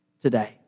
today